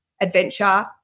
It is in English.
adventure